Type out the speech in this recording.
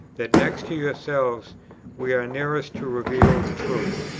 that next to yourselves we are nearest to revealed truth.